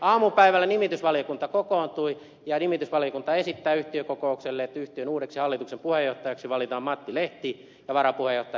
aamupäivällä nimitysvaliokunta kokoontui ja nimitysvaliokunta esittää yhtiökokoukselle että yhtiön uudeksi hallituksen puheenjohtajaksi valitaan matti lehti ja varapuheenjohtajaksi sari baldauf